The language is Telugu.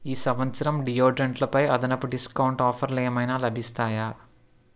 ఈ సంవత్సరం డియోడ్రెంట్ లపై అదనపు డిస్కౌంట్ ఆఫర్లు ఏమైనా లభిస్తాయా